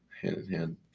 hand-in-hand